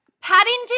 Paddington